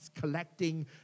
collecting